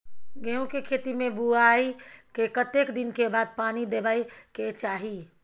गेहूँ के खेती मे बुआई के कतेक दिन के बाद पानी देबै के चाही?